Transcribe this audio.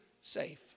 safe